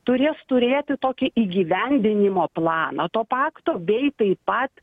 turės turėti tokį įgyvendinimo planą to pakto bei taip pat